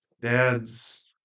dad's